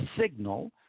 signal